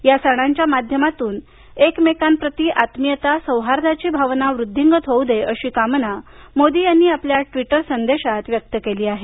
या सणांच्या माध्यमातून एकमेकांप्रती आत्मीयता सौहार्दाची भावना वृद्धींगत होऊ दे अशी कामना मोदी यांनी आपल्या ट्वीटर संदेशात व्यक्त केली आहे